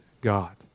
God